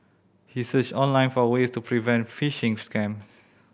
he searched online for way to prevent phishing scams